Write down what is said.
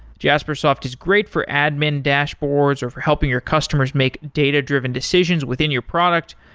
jaspersoft is great for admin dashboards, or for helping your customers make data-driven decisions within your product,